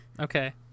Okay